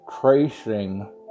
tracing